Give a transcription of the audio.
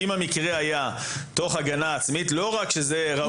אם המקרה היה מתוך הגנה עצמית לא רק שזה ראוי,